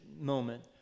moment